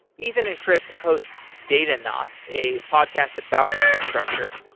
ethan and chris host datanauts, a podcast about infrastructure.